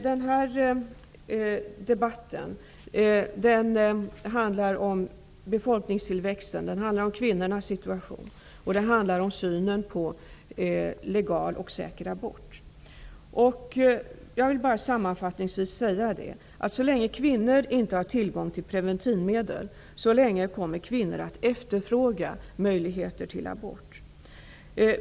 Denna debatt handlar om befolkningstillväxten, om kvinnornas situation och om synen på legal och säker abort. Jag vill sammanfattningsvis säga att så länge kvinnor inte har tillgång till preventivmedel, så länge kommer kvinnor att efterfråga möjligheter till abort.